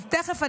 תכף,